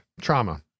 trauma